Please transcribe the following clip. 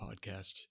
podcast